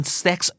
sex